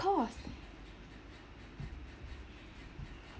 course